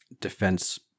defense